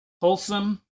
wholesome